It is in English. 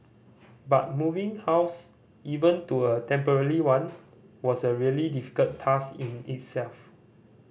but moving house even to a temporary one was a really difficult task in itself